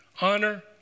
Honor